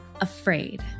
afraid